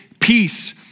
peace